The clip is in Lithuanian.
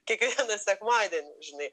kiekvieną sekmadienį žinai